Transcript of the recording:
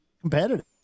Competitive